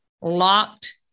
locked